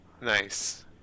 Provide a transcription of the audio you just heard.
nice